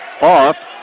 off